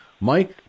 Mike